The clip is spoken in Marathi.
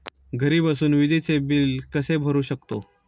घरी बसून विजेचे बिल कसे भरू शकतो?